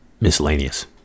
miscellaneous